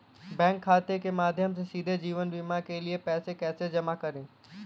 Bank खाते के माध्यम से सीधे जीवन बीमा के लिए पैसे को कैसे जमा करें?